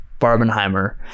Barbenheimer